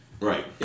Right